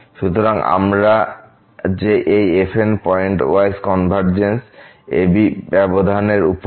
সুতরাং আমরা যে এই fn পয়েন্ট ওয়াইস কনভারজেন্স এই ab ব্যবধান এর উপর